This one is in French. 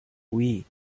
oui